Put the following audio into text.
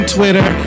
Twitter